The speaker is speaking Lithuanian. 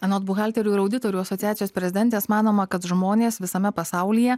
anot buhalterių ir auditorių asociacijos prezidentės manoma kad žmonės visame pasaulyje